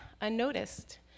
unnoticed